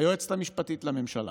היועצת המשפטית לממשלה.